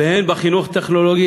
והן בחינוך הטכנולוגי,